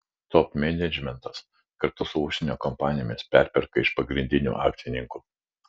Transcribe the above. top menedžmentas kartu su užsienio kompanijomis perperka iš pagrindinių akcininkų